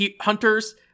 hunters